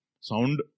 Sound